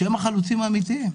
שהם החלוצים האמיתיים.